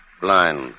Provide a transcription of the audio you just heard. Blind